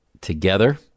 together